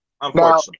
Unfortunately